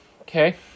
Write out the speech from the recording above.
okay